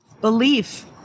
Belief